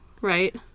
right